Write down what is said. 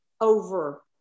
over